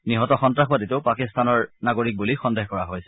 নিহত সন্ত্ৰাসবাদীটো পাকিস্তানৰ নাগৰিক বুলি সন্দেহ কৰা হৈছে